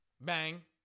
Bang